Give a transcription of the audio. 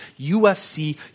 USC